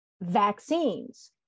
vaccines